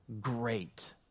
great